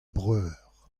breur